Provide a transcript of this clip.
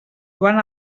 joan